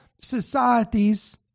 societies